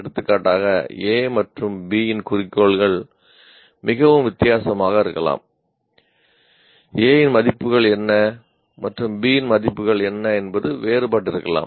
எடுத்துக்காட்டாக A மற்றும் B இன் குறிக்கோள்கள் மிகவும் வித்தியாசமாக இருக்கலாம் ஏ மதிப்புகள் என்ன என்பது வேறுபட்டிருக்கலாம்